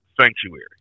sanctuary